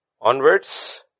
onwards